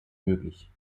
möglich